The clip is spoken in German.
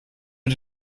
mit